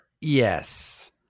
Yes